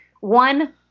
one